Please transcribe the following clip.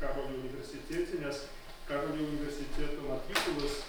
karolio universitete nes karolio universiteto matrikulos